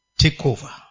takeover